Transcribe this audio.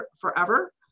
forever